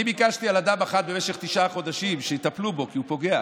אני ביקשתי אדם אחד במשך תשעה חודשים שיטפלו בו כי הוא פוגע,